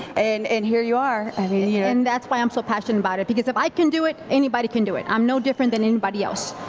and and here you are. i mean yeah and that's why i'm so passionate about it, because if i can do it, anybody can do it. i'm no different than anybody else.